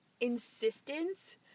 insistence